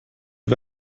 die